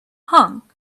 hung